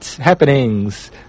Happenings